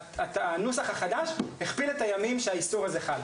הנוסח החדש הכפיל את הימים שהאיסור הזה חל.